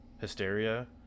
hysteria